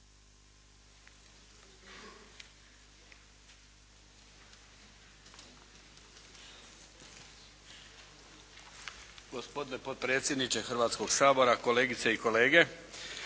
Gospodine potpredsjedniče Hrvatskog sabora, kolegice i kolege.